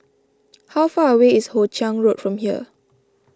how far away is Hoe Chiang Road from here